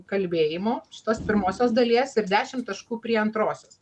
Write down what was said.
kalbėjimo šitos pirmosios dalies ir dešimt taškų prie antrosios